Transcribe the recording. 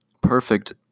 perfect